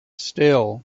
still